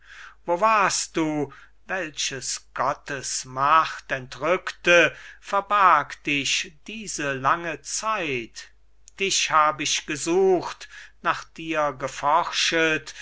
wo warst du welches gottes macht entrückte verbarg dich diese lange zeit dich hab ich gesucht nach dir geforschet